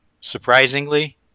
Surprisingly